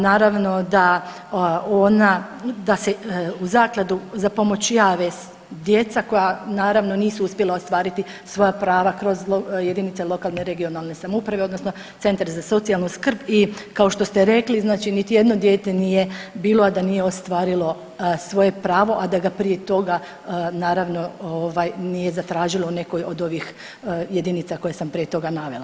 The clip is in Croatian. Naravno da ona da se u zakladu za pomoć jave djeca koja naravno nisu uspjela ostvariti svoja prava kroz jedinice lokalne i regionalne samouprave odnosno centar za socijalnu skrb i kao što ste rekli znači niti jedno dijete nije bilo a da nije ostvarilo svoje pravo, a da ga prije toga naravno ovaj nije zatražilo u nekoj od ovih jedinica koje sam prije toga navela.